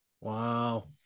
Wow